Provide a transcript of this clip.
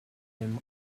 him